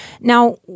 Now